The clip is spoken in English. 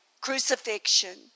crucifixion